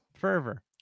Fervor